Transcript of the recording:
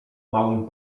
małym